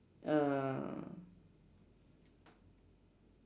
err